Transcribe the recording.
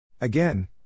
Again